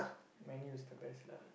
man u is the best lah